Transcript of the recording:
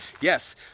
yes